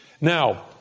Now